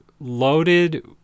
loaded